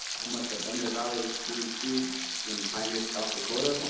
i'm with the thunder valley cdc in pine ridge south dakota.